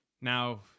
now